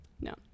No